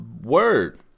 Word